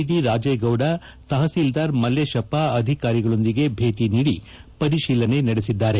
D Rajegowda tahsildar Malleshappa ಅಧಿಕಾರಿಗಳೊಂದಿಗೆ ಭೇಟಿ ನೀಡಿ ಪರಿಶಿಲನೆ ನಡೆಸಿದ್ದಾರೆ